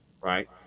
right